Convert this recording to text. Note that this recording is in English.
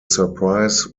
surprise